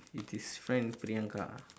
with his friend priyanka